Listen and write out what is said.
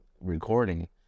recording